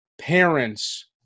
parents